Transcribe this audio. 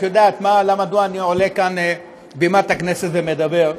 את יודעת מדוע אני עולה על בימת הכנסת ומדבר?